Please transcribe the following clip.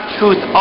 truth